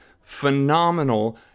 phenomenal